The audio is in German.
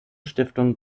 stiftung